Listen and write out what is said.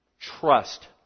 trust